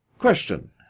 Question